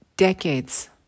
Decades